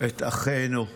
את אחינו,